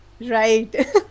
Right